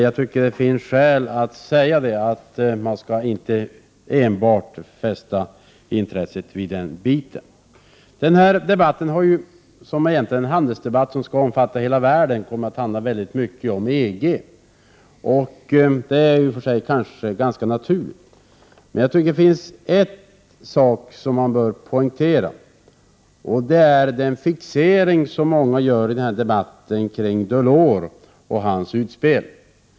Jag tycker att det finns skäl att säga att intresset inte enbart skall fästas vid den delen. Den här debatten, som egentligen är en handelsdebatt som skall omfatta hela världen, har egentligen kommit att handla väldigt mycket om EG. Det är ganska naturligt. Men jag tycker att det finns en sak som man bör poängtera. Det är den fixering som många i debatten gör kring Delors och hans utspel.